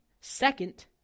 Second